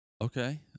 okay